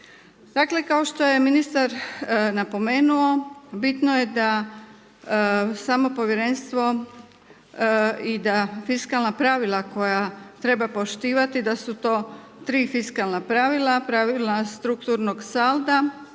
Dakle kao što je ministar napomenuo, bitno je da samo povjerenstvo i da fiskalna pravila koja treba poštivati, da su to 3 fiskalna pravila, pravila strukturnog salda,